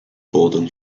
golden